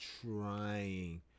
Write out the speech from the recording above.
trying